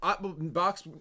box